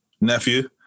nephew